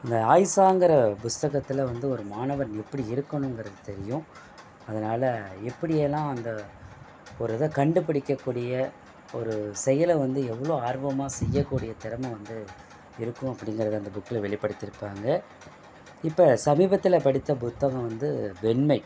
இந்த ஆயிஷாங்குற புத்தகத்துல வந்து ஒரு மாணவன் எப்படி இருக்கணுங்குறது தெரியும் அதனால் எப்படியெல்லாம் அந்த ஒரு இதை கண்டுபிடிக்கக்கூடிய ஒரு செயலை வந்து எவ்வளோ ஆர்வமாக செய்யக்கூடிய தெறமை வந்து இருக்கும் அப்படிங்கறத அந்த புக்கில் வெளிப்படுத்தியிருப்பாங்க இப்போ சமீபத்தில் படித்த புத்தகம் வந்து வெண்மை